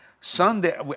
Sunday